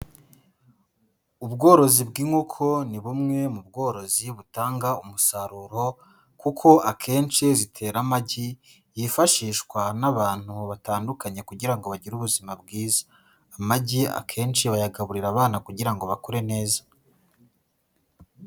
Ubworozi bw'inkoko ni bumwe mu bworozi butanga umusaruro kuko akenshi zitera amagi yifashishwa n'abantu batandukanye kugira ngo bagire ubuzima bwiza, amagi akenshi bayagaburira abana kugira ngo bakure neza.